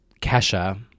Kesha